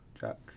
Jack